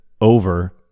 over